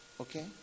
Okay